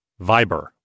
Viber